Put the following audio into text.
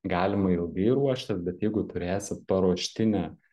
galima ilgai ruoštis bet jeigu turėsit paruoštinę